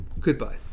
Goodbye